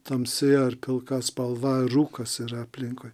tamsi ar pilka spalva rūkas yra aplinkui